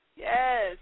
Yes